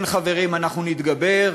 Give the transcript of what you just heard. כן, חברים, אנחנו נתגבר.